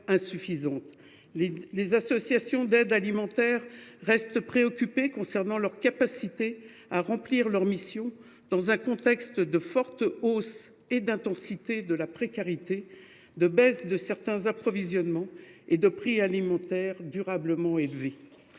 insuffisante. Les associations d’aide alimentaire restent préoccupées quant à leur capacité à remplir leurs missions dans un contexte de forte hausse et d’intensification de la précarité, alors que certains approvisionnements diminuent et que les prix alimentaires sont durablement élevés.